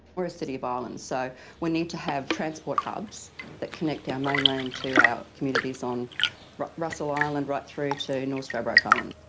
we're a city of ah islands so we need to have transport hubs that connect our mainland to our communities on russell island right through to north stradbroke island.